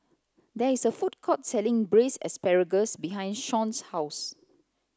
there is a food court selling braised asparagus behind Shon's house